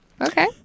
Okay